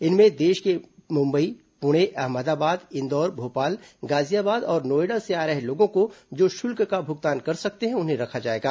इनमें देश के मुंबई पुणे अहमदाबाद इंदौर भोपाल गाजियाबाद और नोएडा से आ रहे लोगों को जो शुल्क भुगतान कर सकते हैं उन्हें रखा जाएगा